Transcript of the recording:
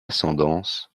ascendances